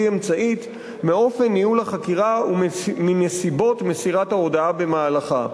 אמצעית מאופן ניהול החקירה ומנסיבות מסירת ההודאה במהלכה.